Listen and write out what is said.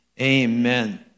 amen